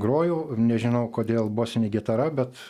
grojau nežinau kodėl bosine gitara bet